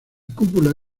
cúpula